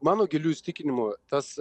mano giliu įsitikinimu tas